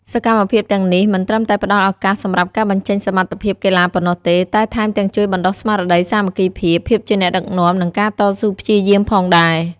សកម្មភាពទាំងនេះមិនត្រឹមតែផ្ដល់ឱកាសសម្រាប់ការបញ្ចេញសមត្ថភាពកីឡាប៉ុណ្ណោះទេ តែថែមទាំងជួយបណ្ដុះស្មារតីសាមគ្គីភាព ភាពជាអ្នកដឹកនាំ និងការតស៊ូព្យាយាមផងដែរ។